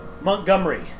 Montgomery